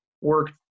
work